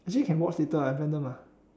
actually can watch later ah venom ah